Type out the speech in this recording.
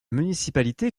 municipalité